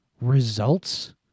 results